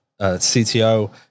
CTO